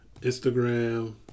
Instagram